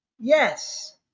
Yes